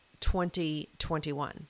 2021